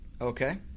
Okay